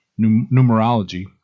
numerology